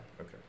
Okay